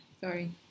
Sorry